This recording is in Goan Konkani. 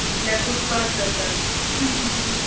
तितल्याकूच बाद जाता